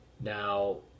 Now